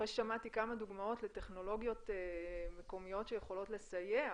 אחרי ששמעתי כמה דוגמאות לטכנולוגיות מקומיות שיכולות לסייע